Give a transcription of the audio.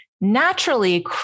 Naturally